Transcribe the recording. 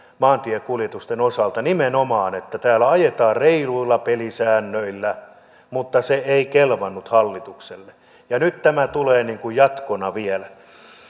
maantiekuljetusten osalta nimenomaan sitä että täällä ajetaan reiluilla pelisäännöillä mutta se ei kelvannut hallitukselle nyt tämä tulee niin kuin jatkona vielä